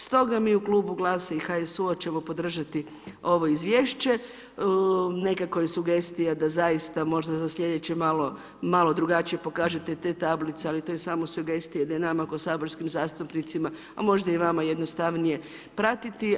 Stoga mi u klubu GLAS-a i HSU-a ćemo podržati ovo izvješće, nekako je sugestija da možda za sljedeće malo drugačije pokažete te tablice, ali to je samo sugestija, da je nama ko saborskim zastupnicima, a možda i vama jednostavnije pratiti.